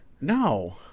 No